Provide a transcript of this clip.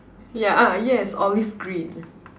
yeah ah yes olive green